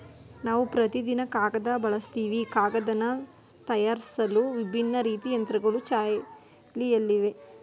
ನಾವು ಪ್ರತಿದಿನ ಕಾಗದ ಬಳಸ್ತಿವಿ ಕಾಗದನ ತಯಾರ್ಸಲು ವಿಭಿನ್ನ ರೀತಿ ಯಂತ್ರಗಳು ಚಾಲ್ತಿಯಲ್ಲಯ್ತೆ